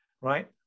right